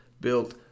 built